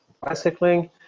bicycling